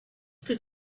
could